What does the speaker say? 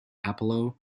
apollo